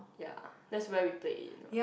ya that's where we play it